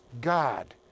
God